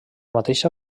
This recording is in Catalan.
mateixa